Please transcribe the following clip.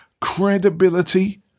credibility